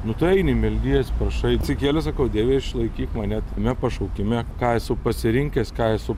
nu tu eini meldiesi prašai atsikėlęs sakau dieve išlaikyk mane tame pašaukime ką esu pasirinkęs ką esu